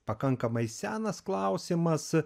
pakankamai senas klausimas